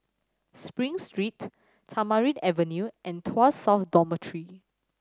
Spring Street Tamarind Avenue and Tuas South Dormitory